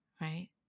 right